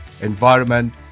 environment